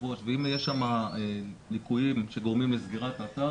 ואם יש שם ליקויים שגורמים לסגירת האתר